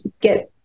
get